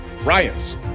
riots